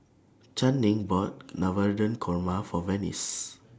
Channing bought Navratan Korma For Venice